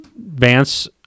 Vance